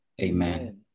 Amen